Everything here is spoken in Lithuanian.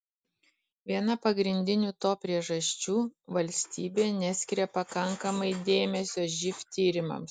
viena pagrindinių to priežasčių valstybė neskiria pakankamai dėmesio živ tyrimams